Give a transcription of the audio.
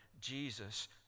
Jesus